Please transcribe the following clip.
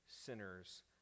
sinners